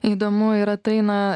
įdomu yra tai na